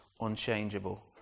unchangeable